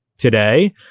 Today